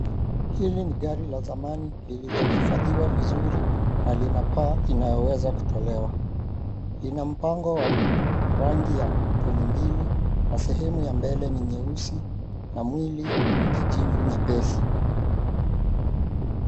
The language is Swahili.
Hili ni gari la zamani lililohifadhiwa vizuri na lina paa inayoweza kutolewa. Ina mpango wa rangi ya tuni mbili na sehemu ya mbele ni nyeusi na mwili ni kijivu nyepesi.